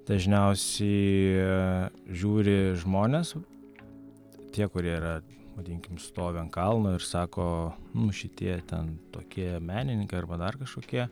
dažniausiai žiūri žmonės tie kurie yra vadinkim stovi ant kalno ir sako m šitie ten tokie menininkai arba dar kažkokie